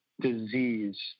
disease